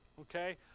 Okay